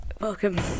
welcome